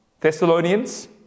Thessalonians